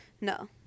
No